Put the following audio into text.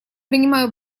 принимаю